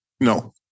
No